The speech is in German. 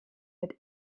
wird